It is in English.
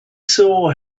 saw